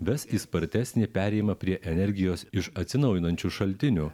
ves į spartesnį perėjimą prie energijos iš atsinaujinančių šaltinių